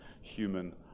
human